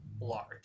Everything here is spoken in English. large